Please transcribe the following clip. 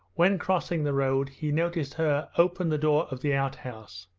when crossing the road he noticed her open the door of the outhouse,